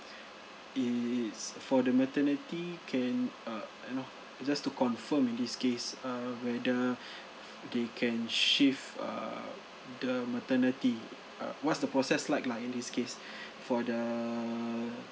is for the maternity can uh you know is just to confirm in this case uh whether they can shift err the maternity uh what's the process like lah in this case for the